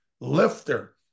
lifter